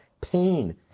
pain